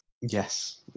Yes